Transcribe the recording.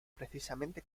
precisamente